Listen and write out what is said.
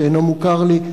שאינו מוכר לי,